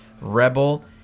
Rebel